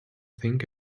think